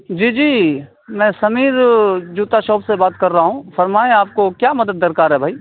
جی جی میں سمیر جوتا شاپ سے بات کر رہا ہوں فرمائیں آپ کو کیا مدد درکار ہے بھئی